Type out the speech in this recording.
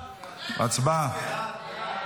הצבעה.